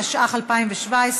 התשע"ח 2017,